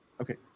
Okay